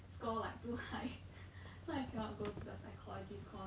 score like too high so I cannot go to the psychology course